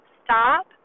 stop